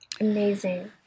Amazing